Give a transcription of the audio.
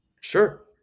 Sure